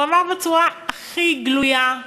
הוא אמר בצורה הכי גלויה: